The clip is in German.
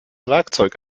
werkzeug